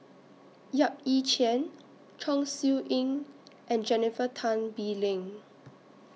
Yap Ee Chian Chong Siew Ying and Jennifer Tan Bee Leng